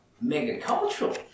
mega-cultural